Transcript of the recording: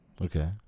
okay